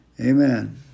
amen